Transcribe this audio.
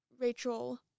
Rachel